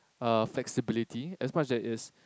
uh flexibility as much there is